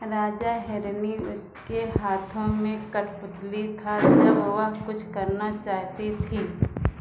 राजा हेरनी उसके हाथों में कठपुतली था जब वह कुछ करना चाहती थी